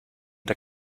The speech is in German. der